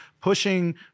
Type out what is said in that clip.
pushing